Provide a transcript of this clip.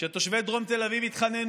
כשתושבי דרום תל אביב התחננו,